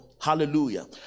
hallelujah